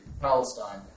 Palestine